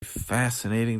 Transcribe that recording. fascinating